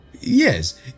Yes